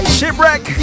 Shipwreck